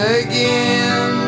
again